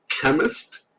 Chemist